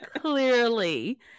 clearly